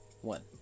one